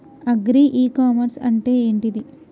Agri e commerce అంటే ఏంటిది?